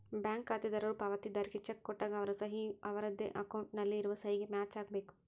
bank ಖಾತೆದಾರರು ಪಾವತಿದಾರ್ರಿಗೆ cheque ಕೊಟ್ಟಾಗ ಅವರ ಸಹಿ ಯು ಅವರದ್ದೇ ಅಕೌಂಟ್ ನಲ್ಲಿ ಇರುವ ಸಹಿಗೆ ಮ್ಯಾಚ್ ಆಗಬೇಕು